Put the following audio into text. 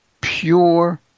pure